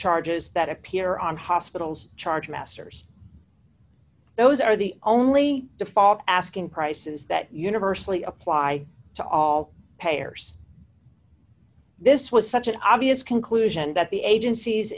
charges that appear on hospitals charge masters those are the only default asking prices that universally apply to all payers this was such an obvious conclusion that the agencies